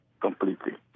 completely